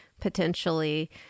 potentially